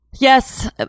Yes